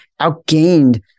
outgained